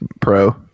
Pro